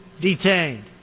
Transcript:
detained